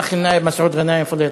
מסעוד גנאים, תפאדל.